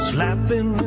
Slapping